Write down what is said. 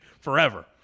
forever